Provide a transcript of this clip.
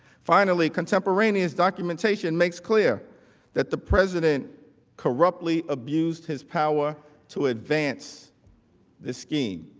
finally, contemporaneous documentation makes clear that the president corruptly abused his power to advance the scheme.